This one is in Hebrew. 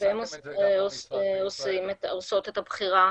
והן עושות את הבחירה